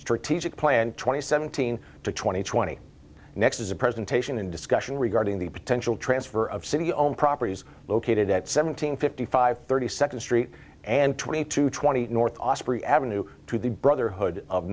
tegic planned twenty seventeen to twenty twenty next as a presentation and discussion regarding the potential transfer of city owned properties located at seven hundred fifty five thirty second street and twenty two twenty north osprey avenue to the brotherhood of